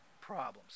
problems